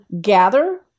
gather